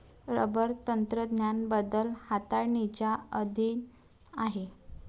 rubber तंत्रज्ञान बदल हाताळणीच्या अधीन आहे